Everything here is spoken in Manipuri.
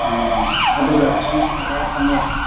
ꯎꯝ ꯑꯗꯨꯒ ꯖ꯭ꯌꯨꯁꯅ ꯀꯌꯥ ꯐꯪꯉꯦ